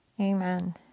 Amen